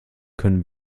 können